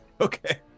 Okay